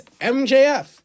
MJF